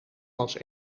was